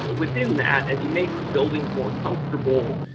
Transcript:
within that, as you make buildings more comfortable,